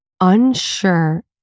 unsure